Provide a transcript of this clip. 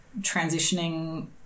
transitioning